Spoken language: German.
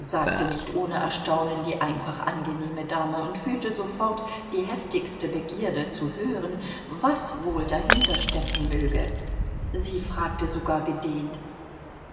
sagte nicht ohne erstaunen die einfach angenehme dame und fühlte sofort die heftigste begierde zu hören was wohl dahinter stecken möge sie fragte sogar gedehnt